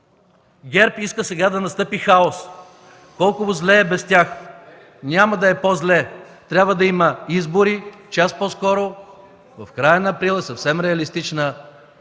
ГЕРБ иска сега да настъпи хаос – колко зле е без тях. Няма да е по-зле, трябва да има избори час по-скоро – в края на април е съвсем реалистичен